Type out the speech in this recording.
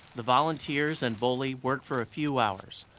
the volunteers and bolli work for a few hours,